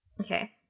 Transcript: Okay